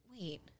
wait